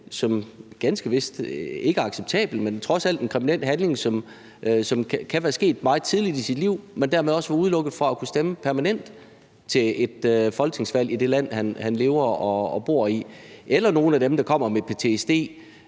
som ganske vist ikke er acceptabel, men som trods alt er en kriminel handling, som kan være sket meget tidligt i livet, og som dermed også udelukket det menneske permanent fra at kunne stemme ved et folketingsvalg i det land, han lever og bor i. Eller det kan være nogle af dem, der kommer med ptsd,